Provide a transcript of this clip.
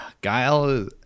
guile